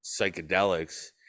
psychedelics